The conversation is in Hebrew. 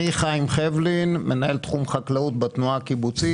אני מנהל תחום חקלאות בתנועה הקיבוצית,